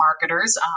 marketers